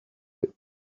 you